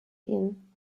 ihn